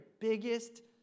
biggest